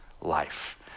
life